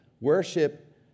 Worship